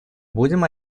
будем